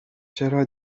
چرا